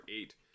eight